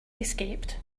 escaped